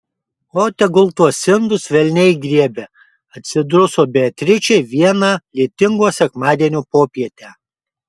o tegul tuos indus velniai griebia atsiduso beatričė vieną lietingo sekmadienio popietę